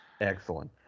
Excellent